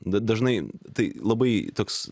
dažnai tai labai toks